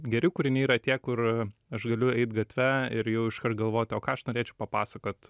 geri kūriniai yra tie kur aš galiu eit gatve ir jau iškart galvot o ką aš norėčiau papasakot